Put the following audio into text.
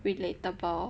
relatable